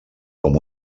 com